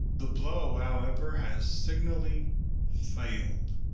the blow, however, has signally failed.